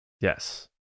Yes